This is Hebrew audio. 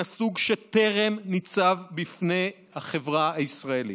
הסוג שטרם ניצב בפני החברה הישראלית.